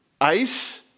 Ice